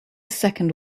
second